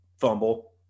fumble